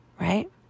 right